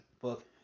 book